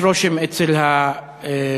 יש רושם אצל הבוגרים,